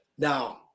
Now